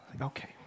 Okay